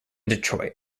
detroit